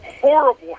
horrible